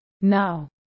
Now